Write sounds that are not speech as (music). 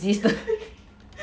(laughs)